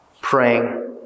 praying